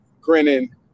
grinning